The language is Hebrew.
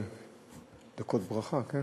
דקות ברכה, כן?